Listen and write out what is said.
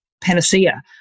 panacea